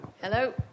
Hello